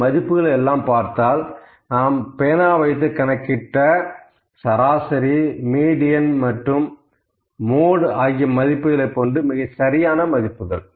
இந்த மதிப்புகள் எல்லாம் பார்த்தால் பேனாவை வைத்து கணக்கிட்ட சராசரி மீடியன் மற்றும் முகடு ஆகிய மதிப்புகளை போன்று மிகச்சரியான மதிப்புகள்